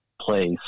place